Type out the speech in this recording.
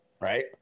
right